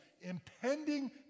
impending